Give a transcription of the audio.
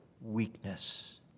weakness